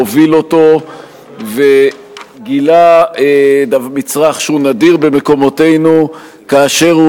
הוביל אותו וגילה מצרך שהוא נדיר במקומותינו כאשר הוא